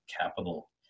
capital